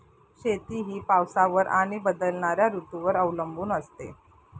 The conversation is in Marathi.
शेती ही पावसावर आणि बदलणाऱ्या ऋतूंवर अवलंबून असते